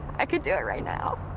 i could do it right now.